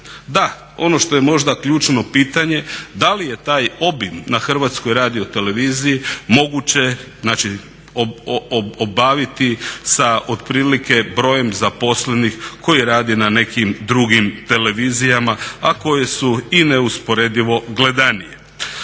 Da, ono što je možda ključno pitanje da li je taj obim na HRT-u moguće, znači obaviti sa otprilike brojem zaposlenih koji radi na nekim drugim televizijama a koje su i neusporedivo gledanije?